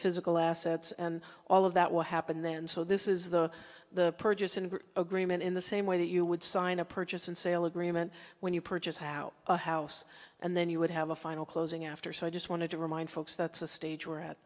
physical assets and all of that will happen then so this is the the purchase an agreement in the same way that you would sign a purchase and sale agreement when you purchase how a house and then you would have a final closing after so i just wanted to remind folks that's a stage we're at